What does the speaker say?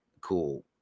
cool